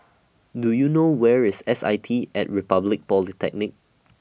Do YOU know Where IS S I T At Republic Polytechnic